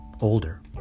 older